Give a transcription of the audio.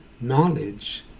knowledge